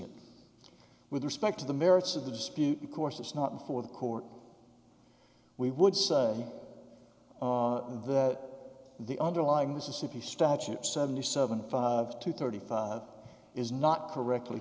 it with respect to the merits of the dispute course it's not for the court we would say that the underlying mississippi statute seventy seven five to thirty five is not correctly